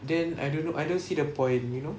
then I don't know I don't see the point you know